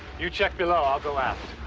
you check below. i'll go aft.